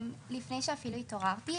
לפני שאפילו התעוררתי,